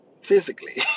physically